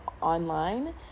online